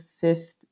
fifth